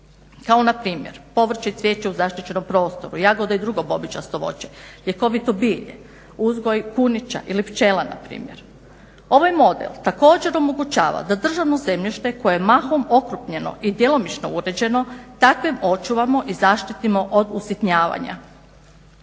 kao npr. povrće, cviječe u zaštićenom prostoru, jagode i drugo bobičasto voće, ljekovito bilje, uzgoj kunića ili pčela npr. ovaj model također omogućava da državno zemljište koje je mahom okrupnjeno i djelomično uređeno takvim očuvamo i zaštitimo od usitnjavanja.